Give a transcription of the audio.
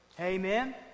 Amen